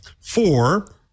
Four